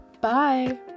bye